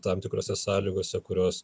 tam tikrose sąlygose kurios